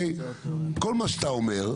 כל מה שאתה אומר,